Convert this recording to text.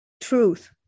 truth